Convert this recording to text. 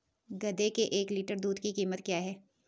गधे के एक लीटर दूध की कीमत क्या है?